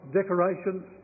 decorations